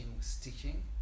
stitching